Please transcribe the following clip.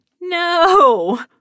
No